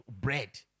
Bread